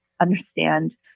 understand